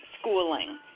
schooling